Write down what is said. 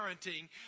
parenting